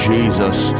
Jesus